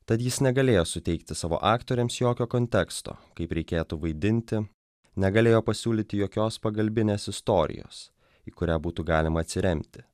tad jis negalėjo suteikti savo aktoriams jokio konteksto kaip reikėtų vaidinti negalėjo pasiūlyti jokios pagalbinės istorijos į kurią būtų galima atsiremti